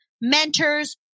mentors